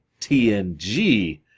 TNG